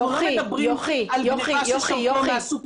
אנחנו לא מדברים על גניבה מהסופרפארם